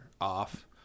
Off